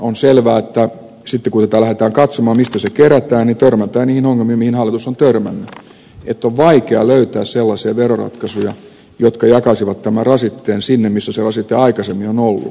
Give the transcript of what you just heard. on selvää että sitten kun lähdetään katsomaan mistä se kerätään niin törmätään niihin ongelmiin mihin hallitus on törmännyt että on vaikea löytää sellaisia veroratkaisuja jotka jakaisivat tämän rasitteen sinne missä se rasite aikaisemmin on ollut eli työnantajille